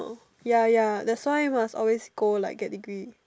ya ya that's why must always go like get degree